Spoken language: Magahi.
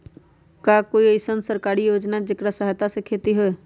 का कोई अईसन सरकारी योजना है जेकरा सहायता से खेती होय?